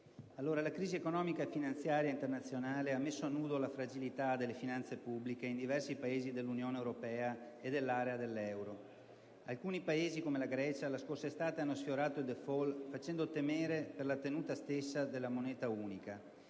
la crisi economica e finanziaria internazionale ha messo a nudo la fragilità delle finanze pubbliche in diversi Paesi dell'Unione europea e dell'area dell'euro. Alcuni Paesi, come la Grecia, la scorsa estate hanno sfiorato il *default* facendo temere per la tenuta stessa della moneta unica.